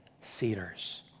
cedars